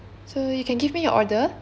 so you can give me your order